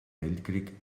weltkrieg